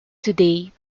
today